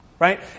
Right